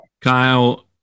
Kyle